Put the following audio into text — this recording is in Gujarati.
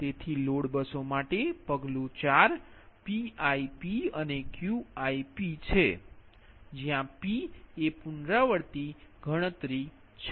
તેથી લોડ બસો માટે પગલું 4 Pip અને Qipછે જયા p એ પુનરાવૃત્તિ ગણતરી છે